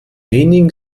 wenigen